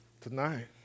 tonight